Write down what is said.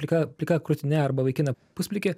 plika plika krūtine arba vaikiną pusplikį